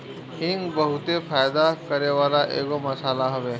हिंग बहुते फायदा करेवाला एगो मसाला हवे